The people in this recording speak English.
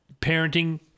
parenting